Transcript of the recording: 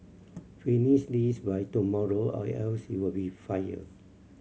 finish this by tomorrow or else you'll be fired